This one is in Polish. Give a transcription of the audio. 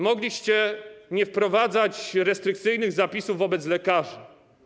Mogliście nie wprowadzać restrykcyjnych zapisów wobec lekarzy.